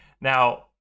Now